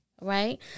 right